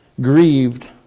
grieved